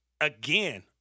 again